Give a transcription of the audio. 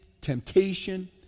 temptation